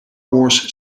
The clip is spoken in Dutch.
wars